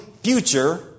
future